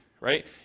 right